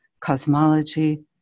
Cosmology